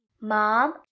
Mom